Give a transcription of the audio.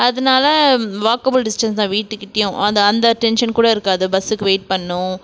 அதனால walkable distance தான் வீட்டுக் கிட்டேயும் அந்த அந்த டென்ஷன் கூட இருக்காது பஸ்ஸுக்கு வெய்ட் பண்ணும்